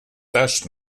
taches